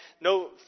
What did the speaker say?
no